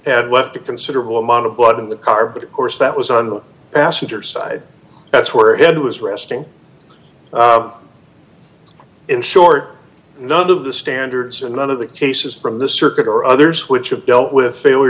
had left a considerable amount of blood in the car but of course that was on the passenger side that's where it was resting in short none of the standards and none of the cases from the circuit or others which have dealt with failure